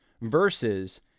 versus